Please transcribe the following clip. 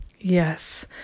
yes